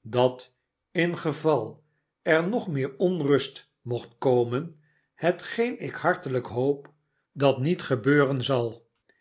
dat in geval er nog meer onrust mocht komen hetgeen ik hartelij'k hoop dat niet gebeuren zal